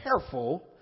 careful